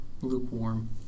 lukewarm